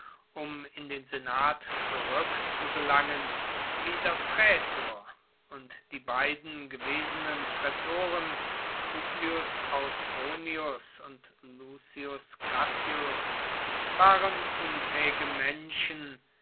um in den senat zurückzugelangen wieder prätor und die beiden gewesenen prätoren publius autronius und lucius cassius waren unfähige menschen